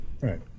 Right